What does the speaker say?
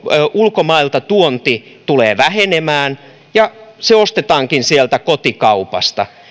ulkomailta tuonti tulee vähenemään ja se juoma ostetaankin sieltä kotikaupasta